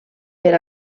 per